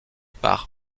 par